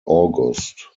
august